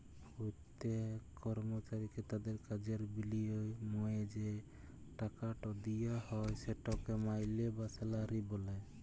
প্যত্তেক কর্মচারীকে তাদের কাজের বিলিময়ে যে টাকাট দিয়া হ্যয় সেটকে মাইলে বা স্যালারি ব্যলে